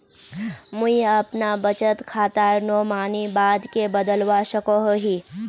मुई अपना बचत खातार नोमानी बाद के बदलवा सकोहो ही?